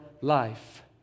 life